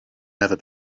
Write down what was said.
never